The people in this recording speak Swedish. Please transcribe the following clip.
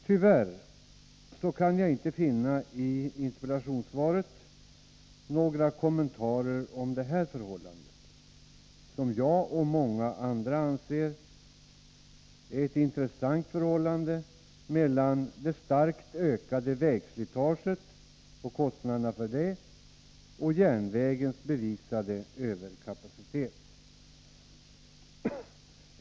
Tyvärr kan jag i interpellationssvaret inte finna några kommentarer om det som jag och många andra anser intressanta förhållandet mellan det starkt ökade vägslitaget samt kostnaderna för detta och järnvägens bevisade överkapacitet.